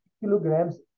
kilograms